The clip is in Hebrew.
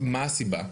מה הסיבה?